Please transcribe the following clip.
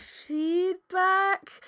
Feedback